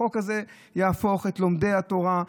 החוק הזה יהפוך את לומדי התורה,